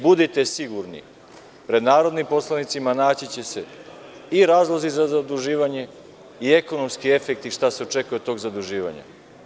Budite sigurni, pred narodnim poslanicima naći će se i razlozi za zaduživanje i ekonomski efekti i šta se očekuje od tog zaduživanja.